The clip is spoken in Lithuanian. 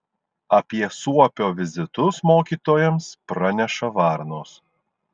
apie suopio vizitus mokytojams praneša varnos